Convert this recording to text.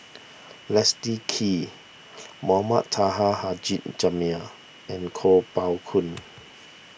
Leslie Kee Mohamed Taha Haji Jamil and Kuo Pao Kun